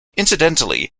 incidentally